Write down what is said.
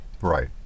Right